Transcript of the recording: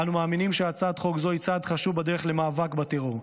אנו מאמינים שהצעת חוק זו היא צעד חשוב בדרך למאבק בטרור.